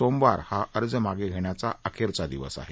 सोमवार हा अर्ज मागे घेण्याचा अखेरचा दिवस आहे